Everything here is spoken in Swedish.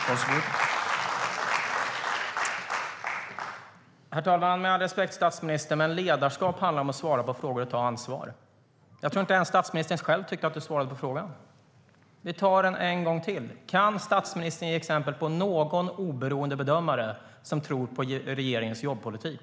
Herr talman! Med all respekt, statsministern, ledarskap handlar om att svara på frågor och ta ansvar. Jag tror inte att ens statsministern själv tycker att han svarade på frågan. Vi tar den en gång till: Kan statsministern ge exempel på någon oberoende bedömare som tror på regeringens jobbpolitik?